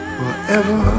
forever